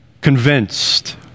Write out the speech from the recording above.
convinced